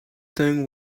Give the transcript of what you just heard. tung